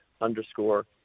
underscore